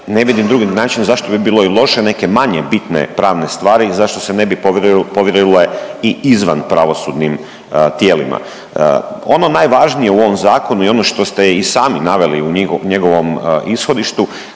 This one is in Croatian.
ne vidim drugi način zašto bi bilo i loše neke manje bitne pravne stvari, zašto se ne bi povjerile i izvan pravosudnim tijelima. Ono najvažnije u ovom zakonu i ono što ste i sami naveli u njegovom ishodištu